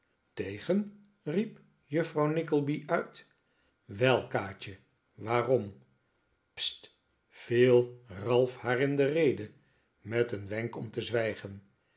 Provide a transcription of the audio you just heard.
tegen riep juffrouw nickleby uit wel kaatje waarom sst viel ralph haar in de rede met een wenk om te zwijgen